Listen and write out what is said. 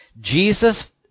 Jesus